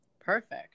perfect